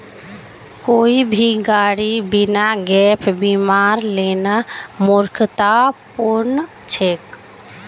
कोई भी गाड़ी बिना गैप बीमार लेना मूर्खतापूर्ण छेक